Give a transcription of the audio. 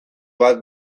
bat